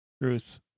Ruth